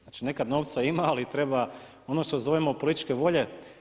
Znači neka novca ima, ali treba ono što zovemo političke volje.